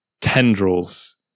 Tendrils